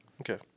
Okay